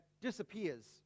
disappears